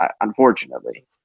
Unfortunately